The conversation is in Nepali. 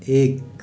एक